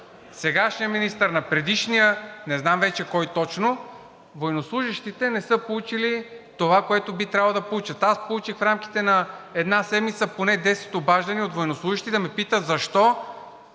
сегашния министър, на предишния министър, не знам кой точно, военнослужещите не са получили това, което би трябвало да получат. Аз получих в рамките на една седмица поне десет обаждания от военнослужещи, за да ме питат защо